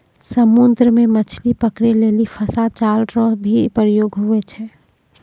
समुद्र मे मछली पकड़ै लेली फसा जाल रो भी प्रयोग हुवै छै